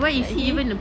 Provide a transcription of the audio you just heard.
like he